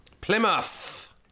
Plymouth